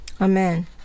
Amen